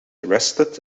arrested